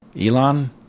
Elon